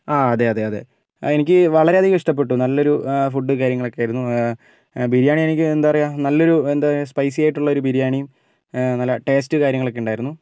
അതേയതേയതേ എനിക്ക് വളരെയധികം ഇഷ്ട്ടപ്പെട്ടു നല്ലൊരു ഫുഡ് കാര്യങ്ങളൊക്കെ ആയിരുന്നു ബിരിയാണി എനിക്ക് എന്താ പറയാ നല്ലൊരു സ്പൈസിയായിട്ടുള്ളൊരു ബിരിയാണീം നല്ല ടേസ്റ്റ് കാര്യങ്ങളൊക്കെ ഉണ്ടായിരുന്നു